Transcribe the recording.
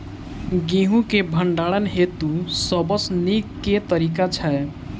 गेंहूँ केँ भण्डारण हेतु सबसँ नीक केँ तरीका छै?